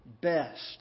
best